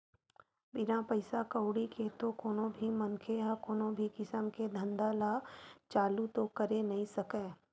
बिना पइसा कउड़ी के तो कोनो भी मनखे ह कोनो भी किसम के धंधा ल चालू तो करे नइ सकय